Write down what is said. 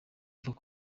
gituma